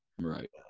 Right